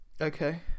okay